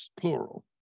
plural